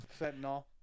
Fentanyl